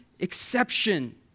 Exception